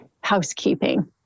housekeeping